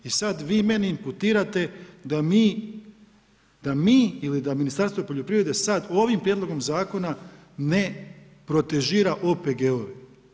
I sad vi meni imputirate da mi ili da Ministarstvo poljoprivrede sad ovim prijedlogom zakona ne protežira OPG-ove.